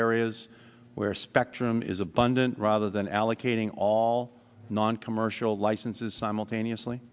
areas where spectrum is abundant rather than allocating all non commercial licenses simultaneously